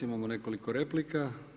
Imamo nekoliko replika.